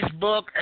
Facebook